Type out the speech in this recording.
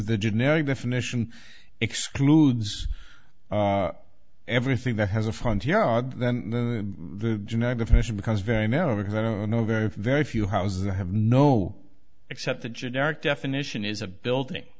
the generic definition excludes everything that has a front yard then the genetic information becomes very narrow because i don't know very very few houses that have no except the generic definition is a building